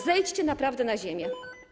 Zejdźcie naprawdę na ziemię.